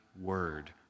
word